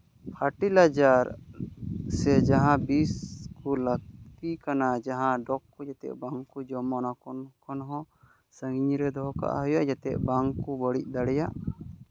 fertilizer ᱥᱮ ᱡᱟᱦᱟᱸ ᱵᱤᱥ ᱠᱚ ᱞᱟᱹᱠᱛᱤ ᱠᱟᱱᱟ ᱡᱟᱦᱟᱸ ᱰᱚᱜᱽ ᱠᱚ ᱡᱟᱛᱮ ᱵᱟᱝᱠᱚ ᱡᱚᱢ ᱚᱱᱟ ᱠᱚ ᱠᱷᱚᱱ ᱦᱚᱸ ᱥᱟᱺᱜᱤᱧ ᱨᱮ ᱫᱚᱦᱚ ᱠᱟᱜ ᱦᱩᱭᱩᱜᱼᱟ ᱡᱟᱛᱮ ᱵᱟᱝᱠᱚ ᱵᱟᱹᱲᱤᱡ ᱫᱟᱲᱮᱭᱟᱜ